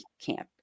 camp